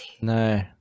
No